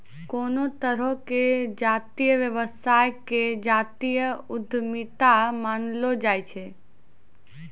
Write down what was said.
कोनो तरहो के जातीय व्यवसाय के जातीय उद्यमिता मानलो जाय छै